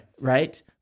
Right